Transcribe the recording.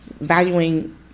valuing